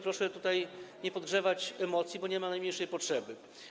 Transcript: Proszę nie podgrzewać emocji, bo nie ma najmniejszej potrzeby.